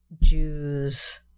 Jews